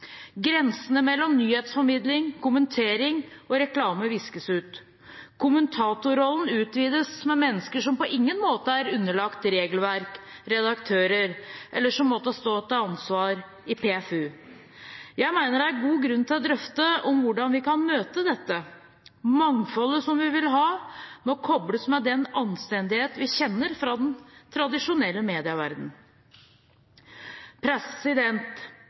Grensene mellom nyhetsformidling, kommentering og reklame viskes ut. Kommentatorrollen utvides med mennesker som på ingen måte er underlagt regelverk eller redaktører, eller som måtte stå til ansvar i PFU. Jeg mener det er god grunn til å drøfte hvordan vi kan møte dette. Mangfoldet som vi vil ha, må kobles med den anstendighet vi kjenner fra den tradisjonelle